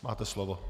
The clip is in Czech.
Máte slovo.